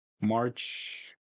March